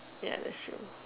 ya that's true